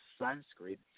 Sanskrit